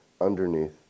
underneath